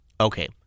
Okay